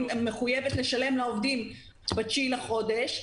אני מחויבת לשלם לעובדים בתשיעי לחודש.